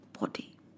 body